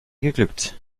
geglückt